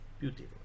beautiful